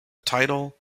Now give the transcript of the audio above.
title